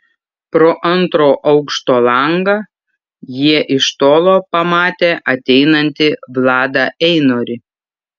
pro antro aukšto langą jie iš tolo pamatė ateinantį vladą einorį